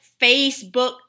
Facebook